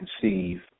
conceive